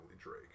Drake